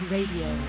Radio